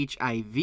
HIV